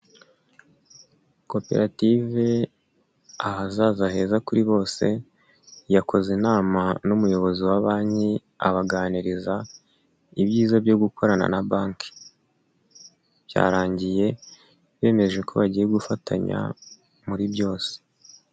Koperative ahazaza heza kuri bose, yakoze inama n'umuyobozi wa banki abaganiriza ibyiza byo gukorana na banki, byarangiye bemeje ko bagiye gufatanya muri byose.